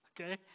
okay